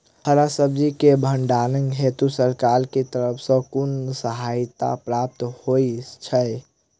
हरा सब्जी केँ भण्डारण हेतु सरकार की तरफ सँ कुन सहायता प्राप्त होइ छै?